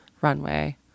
runway